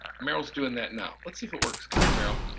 meryl's doing that now. let's see if it works, come here meryl.